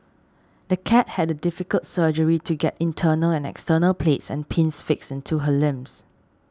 the cat had a difficult surgery to get internal and external plates and pins fixed into her limbs